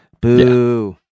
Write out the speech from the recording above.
Boo